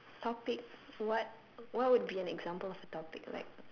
topic what what would be an example of a topic like